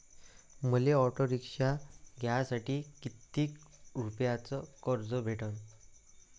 मले auto rickshaw घ्यासाठी कितीक रुपयाच कर्ज भेटनं?